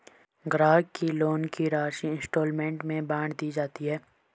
ग्राहक के लोन की राशि इंस्टॉल्मेंट में बाँट दी जाती है